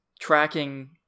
tracking